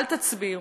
אל תצביעו.